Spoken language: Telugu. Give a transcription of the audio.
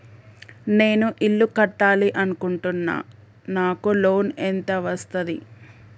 నేను ఇల్లు కట్టాలి అనుకుంటున్నా? నాకు లోన్ ఎంత వస్తది?